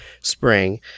spring